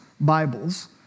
Bibles